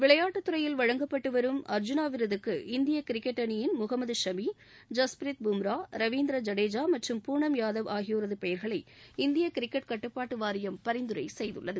விளையாட்டுத் துறையில் வழங்கப்பட்டு வரும் அர்ஜூனா விருதுக்கு இந்திய கிரிக்கெட் அணியின் முகமது சமி ஜஸ்பிரித் பூம்ரா ரவீந்திர ஜடேஜா மற்றும் பூனம் யாதவ் ஆகியோரது பெயர்களை இந்திய கிரிக்கெட் கட்டுப்பாட்டு வாரியம் பரிந்துரை செய்துள்ளது